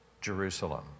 Jerusalem